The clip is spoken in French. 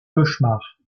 cauchemars